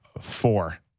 Four